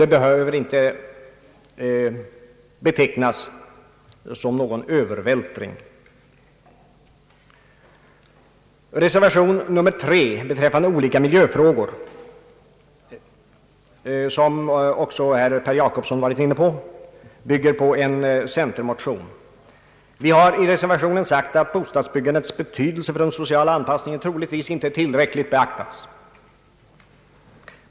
Det behöver inte betecknas som någon övervält Reservation nr 3 beträffande olika miljöfrågor — som också herr Per Jacobsson talat om — bygger på en cen terpartimotion. Det har i reservationen sagts att bostadsbyggandets betydelse för den sociala anpassningen troligtvis inte tillräckligt beaktas.